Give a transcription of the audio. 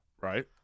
Right